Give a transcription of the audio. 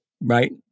right